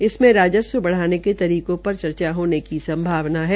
इसमें राजस्व बढ़ाने के तरीकों पर चर्चा होने की संभावना है